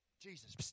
Jesus